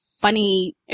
funny